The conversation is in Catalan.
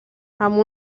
amb